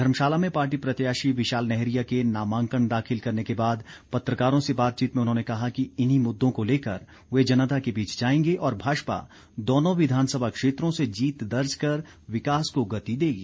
धर्मशाला में पार्टी प्रत्याशी विशाल नैहरिया के नामांकन दाखिल करने के बाद पत्रकारों से बातचीत में उन्होंने कहा कि इन्हीं मुद्दों को लेकर वे जनता के बीच जाएंगे और भाजपा दोनों विधानसभा क्षेत्रों से जीत दर्ज कर विकास को गति देगी